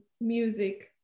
music